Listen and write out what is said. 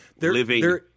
living